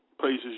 Places